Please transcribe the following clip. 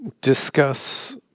discuss